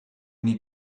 need